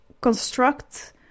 construct